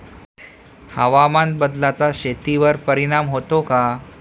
हवामान बदलाचा शेतीवर परिणाम होतो का?